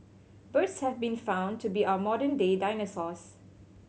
birds have been found to be our modern day dinosaurs